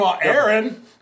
Aaron